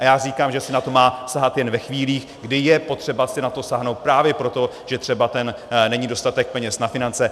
A já říkám, že si na to má sahat jen ve chvílích, kdy je potřeba si na to sáhnout právě proto, že třeba není dostatek peněz na finance.